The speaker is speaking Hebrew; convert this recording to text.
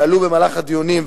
שעלו במהלך הדיונים,